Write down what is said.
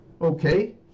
okay